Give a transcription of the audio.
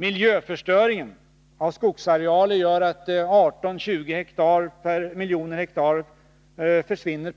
Miljöförstöringen av skogsarealer gör att 18-20 miljoner hektar per år försvinner.